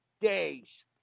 days